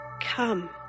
come